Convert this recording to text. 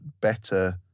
better